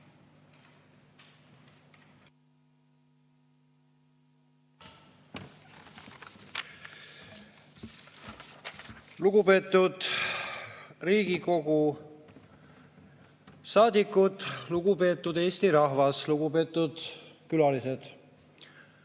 Lugupeetud Riigikogu saadikud! Lugupeetud Eesti rahvas! Lugupeetud külalised!